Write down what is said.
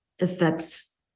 affects